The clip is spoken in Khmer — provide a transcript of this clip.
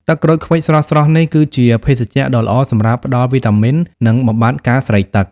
ទឹកក្រូចឃ្វិចស្រស់ៗនេះ គឺជាភេសជ្ជៈដ៏ល្អសម្រាប់ផ្តល់វីតាមីន និងបំបាត់ការស្រេកទឹក។